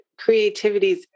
creativities